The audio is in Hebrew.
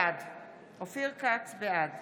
בעד